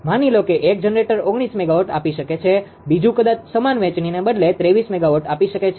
માની લો કે એક જનરેટર 19 મેગાવોટ આપી શકે છે બીજુ કદાચ સમાન વહેચણીને બદલે 23 મેગાવોટ આપી શકે છે